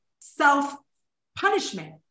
self-punishment